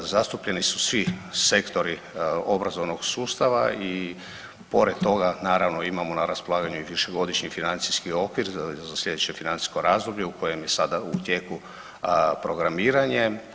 Zastupljeni su svi sektori obrazovnog sustava i pored toga naravno imamo na raspolaganju i višegodišnji financijski okvir za slijedeće financijsko razdoblje u kojem je sada u tijeku programiranje.